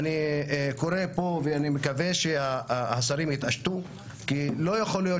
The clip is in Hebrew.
אני קורא פה ואני מקווה שהשרים יתעשתו כי לא יכול להיות